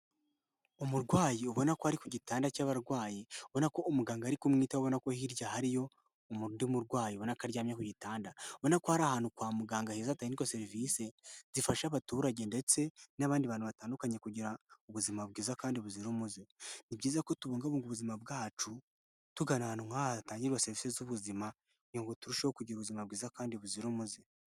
Umurwayi ubona ko ari ku gitanda cy'abarwayi ubona ko umuganga ari kumwitaho ubona ko hirya hariyo undi murwayi ubona ko aryamye kugitanda ubona ko hari ahantu kwa muganga heza hatangirwa serivisi zifasha abaturage ndetse n'abandi bantu batandukanye kugira ubuzima bwiza kandi buzira umuze. Ni byiza ko tubungabunga ubuzima bwacu tugana ahantu nk'aha hatangirwa serivisi z'ubuzima kugira ngo turusheho kugira ubuzima bwiza kandi buzira umuze.